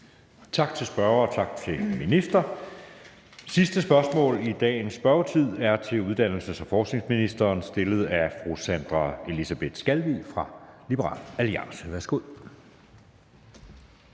Tak til spørgeren, og tak til ministeren. Det sidste spørgsmål i dagens spørgetid er til uddannelses- og forskningsministeren, stillet af fru Sandra Elisabeth Skalvig fra Liberal Alliance. Kl.